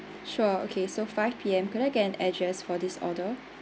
sure okay so five P_M can I get an address for this order